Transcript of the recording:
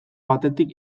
batetik